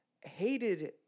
hated